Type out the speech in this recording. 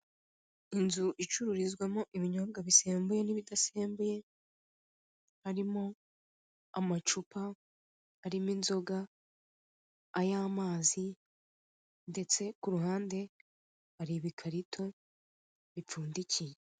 Inzu, icururizwamo ibinyobwa bisembuye n'ibidasembuye, harimo amacupa arimo inzoga ay' amazi, ndetse kuruhande har' ibikarito bipfundikiye.